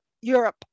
Europe